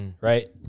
right